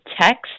text